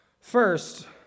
First